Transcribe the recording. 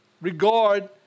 regard